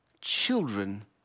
children